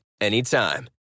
anytime